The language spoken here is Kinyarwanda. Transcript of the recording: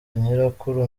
nyirakuru